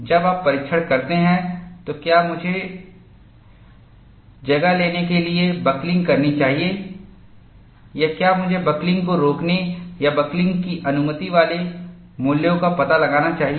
जब आप परीक्षण करते हैं तो क्या मुझे जगह लेने के लिए बकलिंग करनी चाहिए या क्या मुझे बकलिंग को रोकने या बकलिंग की अनुमति वाले मूल्यों का पता लगाना चाहिए